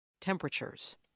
temperatures